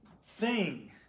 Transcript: sing